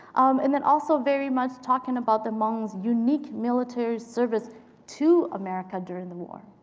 and then also very much talking about the hmong's unique military service to america during the war.